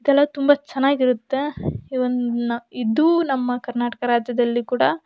ಇದೆಲ್ಲ ತುಂಬ ಚೆನ್ನಾಗಿರತ್ತೆ ಇವನ್ನು ಇದು ನಮ್ಮ ಕರ್ನಾಟಕ ರಾಜ್ಯದಲ್ಲಿ ಕೂಡ